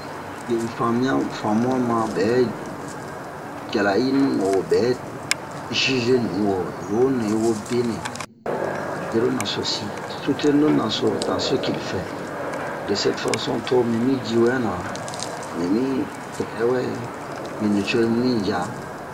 Bie un fami'a un famu'a ma bɛ jara'i nu wo bɛ zize nu wo nu wo nunɛ yi wo benɛ a'o dero naso si suteni lo naso dan se kil fɛ de sɛtfason tomi mi ji wɛna mi mi tɛ'ɛ wɛ mi nicomu mi ja